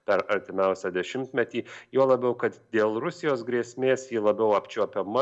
per artimiausią dešimtmetį juo labiau kad dėl rusijos grėsmės ji labiau apčiuopiama